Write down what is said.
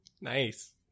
Nice